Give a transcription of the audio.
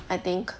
I think